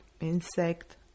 insect